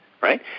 right